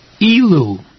Elu